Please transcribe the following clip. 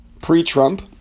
Pre-Trump